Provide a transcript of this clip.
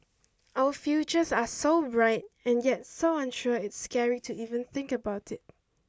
our futures are so bright and yet so unsure it's scary to even think about it